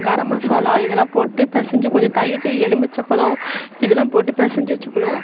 கரம் மசாலா இதெல்லாம் போட்டு பிசஞ்சு கொஞ்சம் தயிர் எலுமிச்சபழம் இதெல்லாம் போட்டு பிசஞ்சு வச்சுக்கணும்